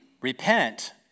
repent